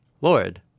Lord